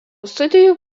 studijų